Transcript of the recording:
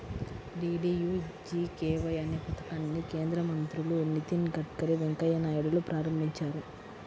DDUGKY అనే పథకాన్ని కేంద్ర మంత్రులు నితిన్ గడ్కరీ, వెంకయ్య నాయుడులు ప్రారంభించారు